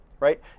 Right